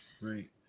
Right